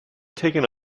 taken